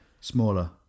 Smaller